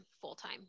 full-time